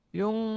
yung